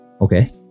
Okay